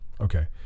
okay